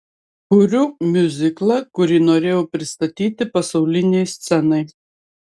kuriu miuziklą kurį norėjau pristatyti pasaulinei scenai